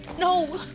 No